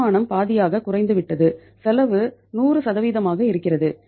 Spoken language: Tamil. வருமானம் பாதியாக குறைந்துவிட்டது செலவு 100மாக இருக்கிறது